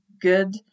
good